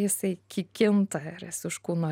jisai ki kinta ir jis už kūno